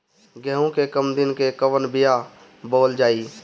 गेहूं के कम दिन के कवन बीआ बोअल जाई?